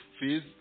fees